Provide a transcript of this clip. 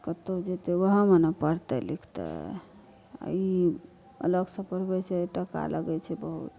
कतहुँ जेतै ओहएमे ने पढ़तै लिखतै ई अलगसँ पढ़बै छै टका लगैत छै बहुत